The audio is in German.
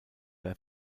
der